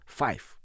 five